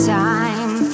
time